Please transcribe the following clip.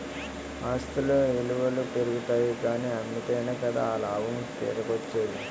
ఆస్తుల ఇలువలు పెరుగుతాయి కానీ అమ్మితేనే కదా ఆ లాభం చేతికోచ్చేది?